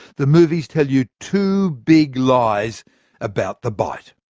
the movies tell you two big lies about the bite.